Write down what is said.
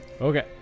Okay